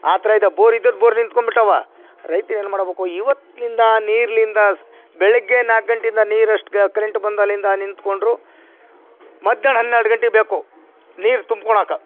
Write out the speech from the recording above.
ಆ ಥರ ಇದೆ ಬೋರ್ ಇದ್ರೆ ಬೋರ್ ನಿಂತ್ಕೊಂಡು ಬಿಟ್ಟಾವ ರೈತ್ರು ಏನು ಮಾಡ್ಬೇಕು ಇವತ್ಲಿಂದ ನೀರಿನಿಂದ ಬೆಳಗ್ಗೆ ನಾಲ್ಕು ಗಂಟೆಯಿಂದ ನೀರು ಅಷ್ಟು ಕರೆಂಟ್ ಬಂದಾಲಿಂದ ನಿಂತ್ಕೊಂಡ್ರು ಮಧ್ಯಾಹ್ನ ಹನ್ನೆರಡು ಗಂಟೆ ಬೇಕು ನೀರು ತುಂಬ್ಕೊಳೋಕೆ